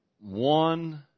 one